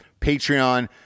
Patreon